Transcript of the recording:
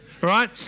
right